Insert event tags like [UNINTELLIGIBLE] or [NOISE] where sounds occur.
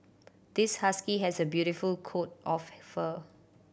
this husky has a beautiful coat of [UNINTELLIGIBLE] fur